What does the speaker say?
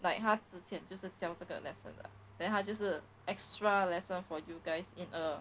like 他之前就是教这个 lesson 的 then 他就是 extra lesson for you guys in uh